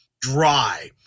dry